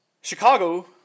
Chicago